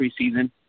preseason